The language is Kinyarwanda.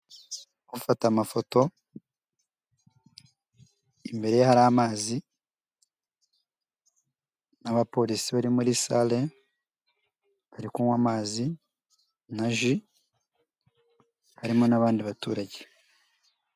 Gufata amafoto, imbere hari amazi, n'abapolisi bari muri sale, bari kunywa amazi na ji, harimo n'abandi baturage.